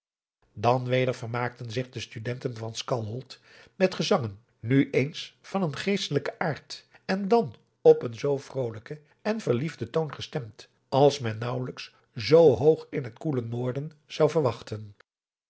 dan weder vermaakten zich de studenten van skalholt met gezangen nu eens van een geestelijken aard en dan op een zoo vrolijken en verliefden toon gestemd als men naauwelijks zoo hoog in het koele noorden zou verwachten